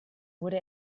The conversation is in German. wurde